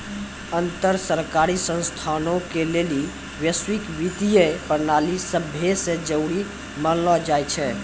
अन्तर सरकारी संस्थानो के लेली वैश्विक वित्तीय प्रणाली सभै से जरुरी मानलो जाय छै